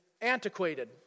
antiquated